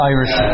Irish